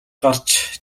гарч